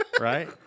right